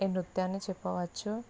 ఈ నృత్యాన్ని చెప్పవచ్చు